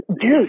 Dude